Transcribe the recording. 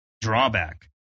drawback